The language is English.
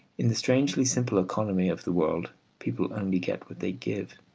in the strangely simple economy of the world people only get what they give,